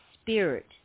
Spirit